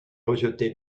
rejeté